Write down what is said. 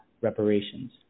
reparations